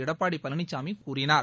எடப்பாடி பழனிசாமி கூறினார்